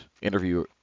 interview